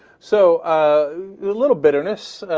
so ah. little bitterness ah.